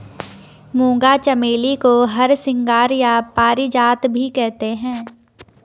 मूंगा चमेली को हरसिंगार या पारिजात भी कहते हैं